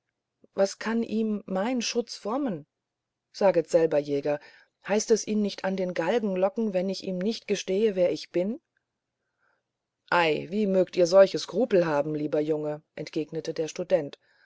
was kann ihm mein schutz frommen saget selbst jäger heißt es ihn nicht an den galgen locken wenn ich ihm nicht gestehe wer ich bin ei wie mögt ihr solche skrupel haben lieber junge entgegnete der student